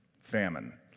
Famine